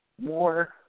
more